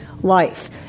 life